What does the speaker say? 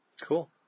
Cool